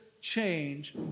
change